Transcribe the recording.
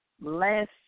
last